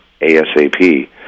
ASAP